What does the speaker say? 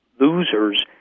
losers